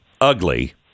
ugly